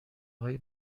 های